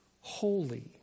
holy